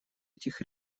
этих